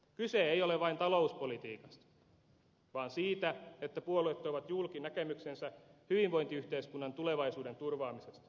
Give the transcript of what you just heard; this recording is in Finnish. kyse ei ole vain talouspolitiikasta vaan siitä että puolueet tuovat julki näkemyksensä hyvinvointiyhteiskunnan tulevaisuuden turvaamisesta